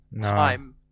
time